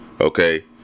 Okay